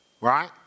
right